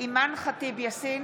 אימאן ח'טיב יאסין,